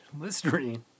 Listerine